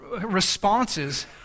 responses